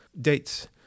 dates